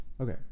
Okay